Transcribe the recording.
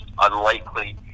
unlikely